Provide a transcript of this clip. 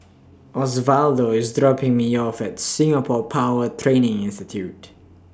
Osvaldo IS dropping Me off At Singapore Power Training Institute